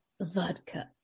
Vodka